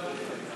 חברי הכנסת,